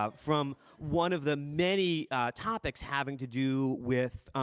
ah from one of the many topics having to do with